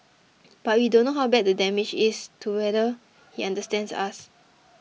but we don't know how bad the damage is to whether he understands us